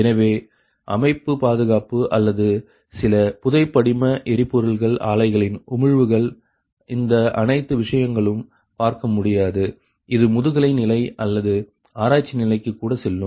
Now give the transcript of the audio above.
எனவே அமைப்பு பாதுகாப்பு அல்லது சில புதைபடிம எரிபொருள் ஆலைகளின் உமிழ்வுகள் இந்த அனைத்து விஷயங்களும் பார்க்க முடியாது இது முதுகலை நிலை அல்லது ஆராய்ச்சி நிலைக்கு கூட செல்லும்